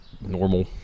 normal